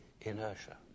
inertia